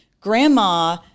grandma